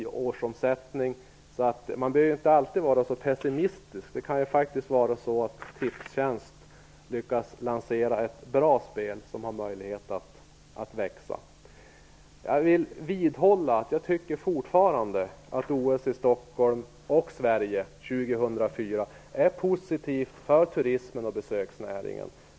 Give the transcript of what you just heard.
Därför behöver man inte alltid vara så pessimistisk. Tipstjänst kan faktiskt lyckas med att lansera ett bra spel som har möjlighet att växa. Jag vidhåller att jag tycker att OS i Stockholm och Sverige år 2004 är positivt för turismen och besöksnäringen.